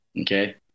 Okay